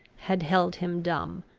had held him dumb.